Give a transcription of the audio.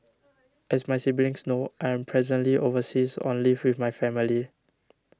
as my siblings know I am presently overseas on leave with my family